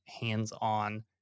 hands-on